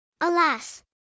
Alas